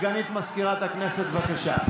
סגנית מזכירת הכנסת, בבקשה.